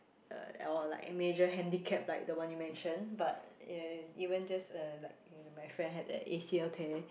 uh or like major handicap like the one you mention but ya even just a like my friend who had a A_C_L tear